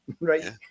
right